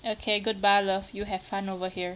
okay goodbye love you have fun over here